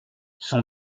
son